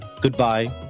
goodbye